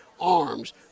arms